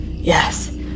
Yes